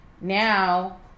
Now